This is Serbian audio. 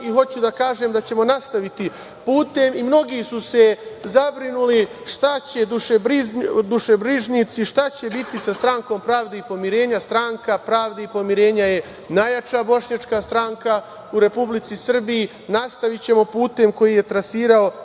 i hoću da kažem da ćemo nastaviti putem i mnogi su se zabrinuli šta će, dušebrižnici, šta će biti sa Strankom pravde i pomirenja, Stranka pravde i pomirenja je najjača bošnjačka stranka u Republici Srbiji i nastavićemo putem koji je trasirao